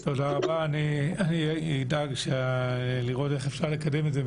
אני אדאג לראות איך השר מקדם את זה,